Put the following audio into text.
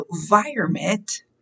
environment